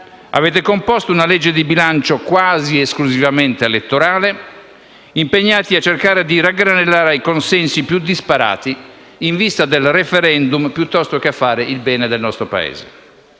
avete composto un disegno di legge di bilancio quasi esclusivamente elettorale, impegnati a cercare di raggranellare i consensi più disparati in vista del *referendum* piuttosto che per fare il bene dell'Italia.